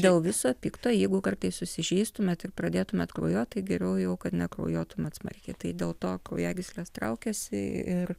dėl viso pikto jeigu kartais susižeistumėt ir pradėtumėt kraujuot tai geriaujau kad nekraujuotumėt smarkiai tai dėl to kraujagyslės traukiasi ir